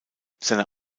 seine